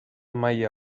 maila